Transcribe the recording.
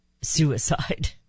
suicide